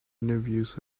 interviews